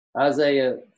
Isaiah